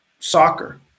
Soccer